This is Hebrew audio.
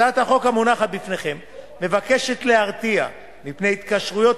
הצעת החוק המונחת בפניכם מבקשת להרתיע מפני התקשרויות